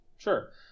Sure